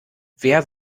wer